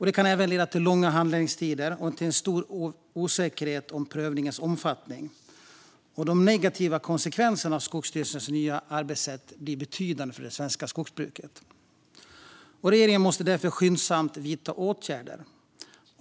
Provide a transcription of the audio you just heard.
De kan även leda till långa handläggningstider och stor osäkerhet om prövningens omfattning. De negativa konsekvenserna av Skogsstyrelsens nya arbetssätt blir betydande för det svenska skogsbruket. Regeringen måste därför skyndsamt vidta åtgärder.